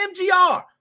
MGR